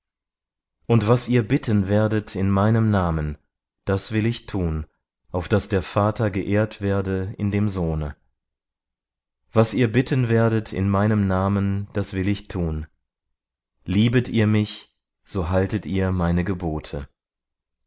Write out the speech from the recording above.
und was ihr bitten werdet in meinem namen das will ich tun auf daß der vater geehrt werde in dem sohne was ihr bitten werdet in meinem namen das will ich tun liebet ihr mich so haltet ihr meine gebote